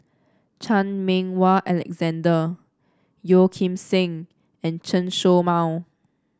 Chan Meng Wah Alexander Yeo Kim Seng and Chen Show Mao